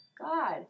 God